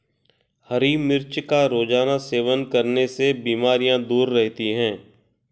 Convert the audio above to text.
हरी मिर्च का रोज़ाना सेवन करने से बीमारियाँ दूर रहती है